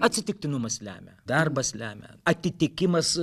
atsitiktinumas lemia darbas lemia atitikimas